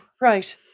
Right